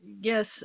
yes